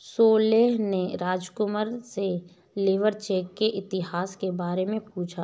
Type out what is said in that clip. सोहेल ने राजकुमार से labour check के इतिहास के बारे में पूछा